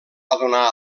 donar